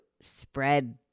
spread